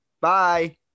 Bye